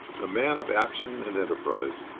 the man of action and enterprise.